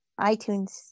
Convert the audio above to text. itunes